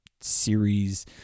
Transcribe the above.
series